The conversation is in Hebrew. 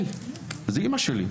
זו אימא שלי,